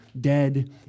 dead